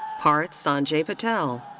parth sanjay patel.